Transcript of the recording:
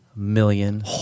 million